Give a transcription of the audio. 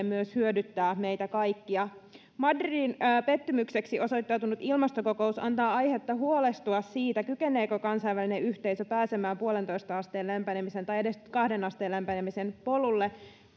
myös hyödyttää meitä kaikkia madridin pettymykseksi osoittautunut ilmastokokous antaa aihetta huolestua siitä kykeneekö kansainvälinen yhteisö pääsemään yhteen pilkku viiteen asteen lämpenemisen tai edes kahteen asteen lämpenemisen polulle